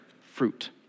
fruit